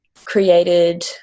created